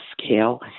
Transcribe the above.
scale